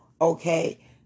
okay